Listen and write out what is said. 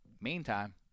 Meantime